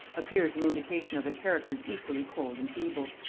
appears an indication of a character equally cold and feeble.